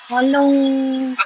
!alah!